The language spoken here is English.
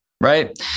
right